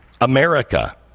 america